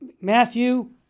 Matthew